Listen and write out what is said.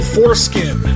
Foreskin